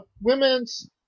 Women's